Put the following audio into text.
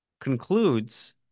concludes